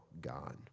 gone